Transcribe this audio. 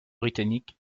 britanniques